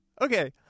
okay